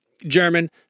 german